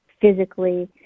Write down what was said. physically